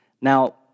Now